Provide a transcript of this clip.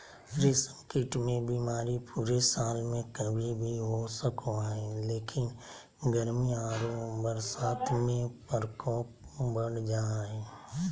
रेशम कीट मे बीमारी पूरे साल में कभी भी हो सको हई, लेकिन गर्मी आरो बरसात में प्रकोप बढ़ जा हई